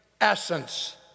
essence